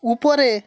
উপরে